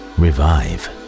revive